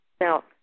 Now